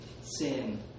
sin